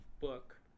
book